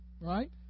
right